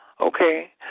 Okay